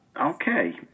okay